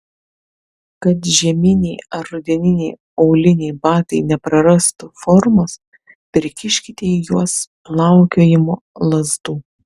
kad žieminiai ar rudeniniai auliniai batai neprarastų formos prikiškite į juos plaukiojimo lazdų